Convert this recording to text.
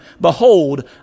Behold